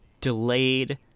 delayed